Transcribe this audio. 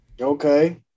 Okay